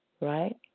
right